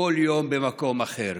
כל יום במקום אחר,